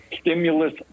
stimulus